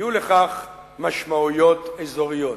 יהיו לכך משמעויות אזוריות".